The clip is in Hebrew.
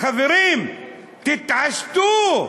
חברים, תתעשתו.